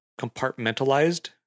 compartmentalized